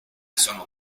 sono